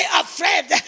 afraid